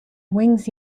wings